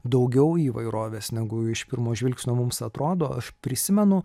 daugiau įvairovės negu iš pirmo žvilgsnio mums atrodo aš prisimenu